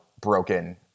broken